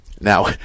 Now